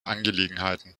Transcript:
angelegenheiten